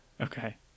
Okay